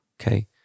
Okay